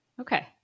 Okay